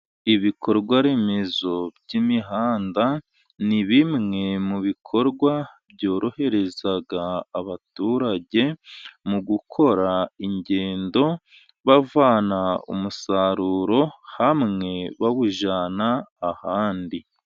Ibikorwaremezo by'imihanda ni bimwe mu bikorwa byorohereza abaturage mu gukora ingendo, bavana umusaruro hamwe, bawujyana ahandi.